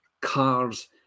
cars